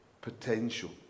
potential